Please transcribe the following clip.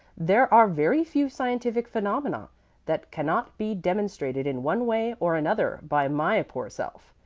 there are very few scientific phenomena that cannot be demonstrated in one way or another by my poor self.